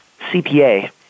CPA